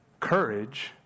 Courage